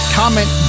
comment